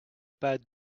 pas